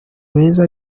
beza